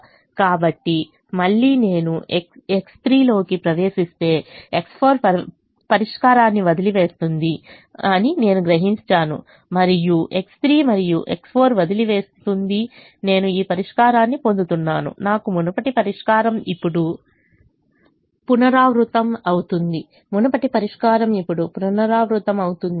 కాబట్టి మళ్ళీ నేను X3 లోకి ప్రవేశిస్తే X4 పరిష్కారాన్ని వదిలివేస్తుందని నేను గ్రహిస్తాను మరియు X3 వస్తుంది X4 వదిలేస్తుంది నేను ఈ పరిష్కారాన్ని పొందుతానునాకు మునుపటి పరిష్కారం ఇప్పుడు పునరావృతమవుతుంది మునుపటి పరిష్కారం ఇప్పుడు పునరావృతమవుతుంది